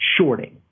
shorting